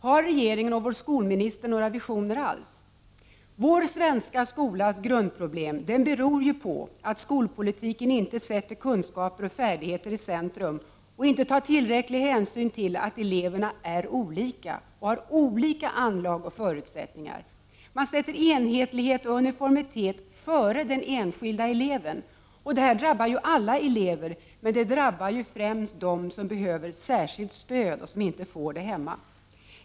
Har regeringen och vår skolminister några visioner alls? Vår svenska skolas grundproblem beror på att skolpolitiken inte sätter kunskaper och färdigheter i centrum och inte tar tillräcklig hänsyn till att eleverna är olika och har olika anlag och förutsättningar. Enhetlighet och uniformitet sätts före den enskilde eleven. Detta drabbar alla elever men främst dem som behöver särskilt stöd och inte får det hemma.